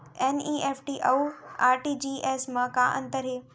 NEFT अऊ RTGS मा का अंतर हे?